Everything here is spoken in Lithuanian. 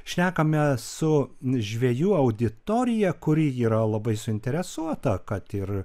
šnekamės su žvejų auditorija kuri yra labai suinteresuota kad ir